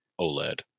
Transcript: oled